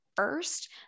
First